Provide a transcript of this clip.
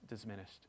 diminished